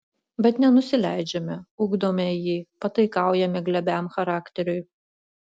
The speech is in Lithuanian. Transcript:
bet nenusileidžiame ugdome jį pataikaujame glebiam charakteriui